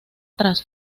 tras